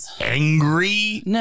angry